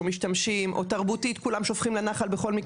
משתמשים או תרבותית כולם שופכים בנחל בכל,